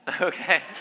okay